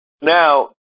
now